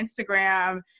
Instagram